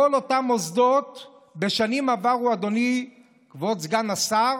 כל אותם מוסדות בשנים עברו, אדוני כבוד סגן השר,